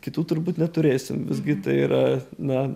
kitų turbūt neturėsim visgi tai yra na